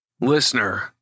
Listener